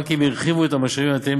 הבנקים הרחיבו את המשאבים הניתנים